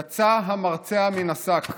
יצא המרצע מן השק.